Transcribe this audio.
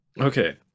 Okay